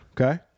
Okay